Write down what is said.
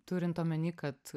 turint omeny kad